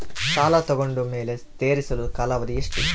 ಸಾಲ ತಗೊಂಡು ಮೇಲೆ ತೇರಿಸಲು ಕಾಲಾವಧಿ ಎಷ್ಟು?